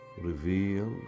Reveal